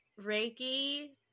Reiki